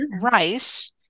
rice